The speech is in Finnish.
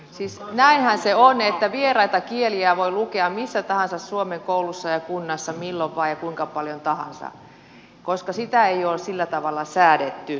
siis näinhän se on että vieraita kieliä voi lukea missä tahansa suomen koulussa ja kunnassa milloin vain ja kuinka paljon tahansa koska sitä ei ole sillä tavalla säädetty